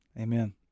Amen